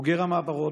בוגר המעברות,